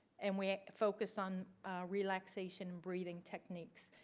and we focused on relaxation, breathing techniques,